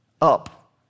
up